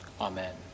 Amen